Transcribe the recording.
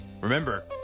remember